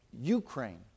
Ukraine